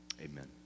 Amen